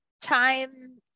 time